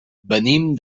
venim